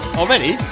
already